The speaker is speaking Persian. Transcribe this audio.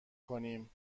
کنیم